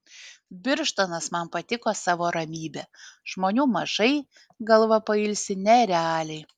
birštonas man patiko savo ramybe žmonių mažai galva pailsi nerealiai